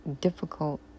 difficult